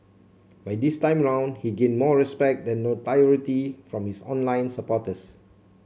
but this time round he gained more respect than notoriety from his online supporters